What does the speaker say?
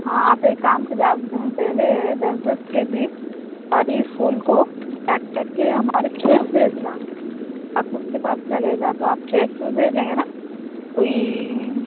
हाँ आप एक काम करिए पहले आप दस दस के जी सारी फूल को पैक कर के हमारे फ्रेश भेजना आप फ्रेश भी भेजेंगे ना कोई